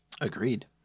Agreed